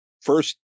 first